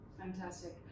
fantastic